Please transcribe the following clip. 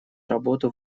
работу